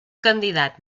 candidat